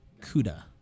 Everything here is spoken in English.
Kuda